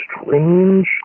strange